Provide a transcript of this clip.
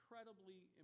Incredibly